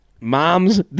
Moms